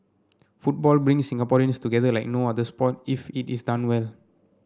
football brings Singaporeans together like no other sport if it is done well